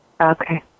Okay